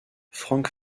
franck